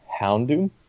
Houndoom